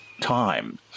time